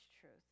truth